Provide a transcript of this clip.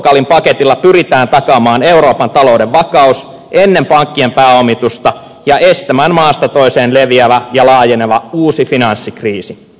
portugalin paketilla pyritään takaamaan euroopan talouden vakaus ennen pankkien pääomitusta ja estämään maasta toiseen leviävä ja laajeneva uusi finanssikriisi